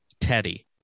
Teddy